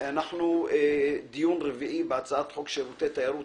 אנחנו בדיון הרביעי בהצעת חוק שירותי תיירות,